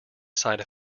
side